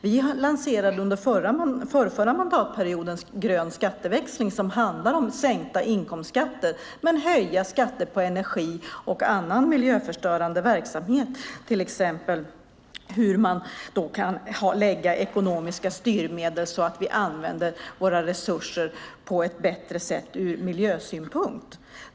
Vi lanserade under den förrförra mandatperioden grön skatteväxling som handlade om att sänka inkomstskatten men höja skatter på energi och annan miljöförstörande verksamhet. Det är exempel på hur man kan lägga ekonomiska styrmedel så att vi använder våra resurser på ett bättre sätt ur miljösynpunkt.